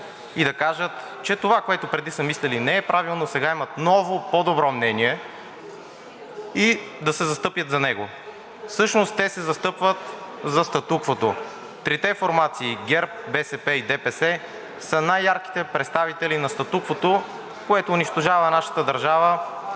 и да кажат, че това, което преди са мислили, не е правилно, сега имат ново, по-добро мнение и да се застъпят за него. Всъщност те се застъпват за статуквото. Трите формации ГЕРБ, БСП и ДПС са най-ярките представители на статуквото, което унищожава нашата държава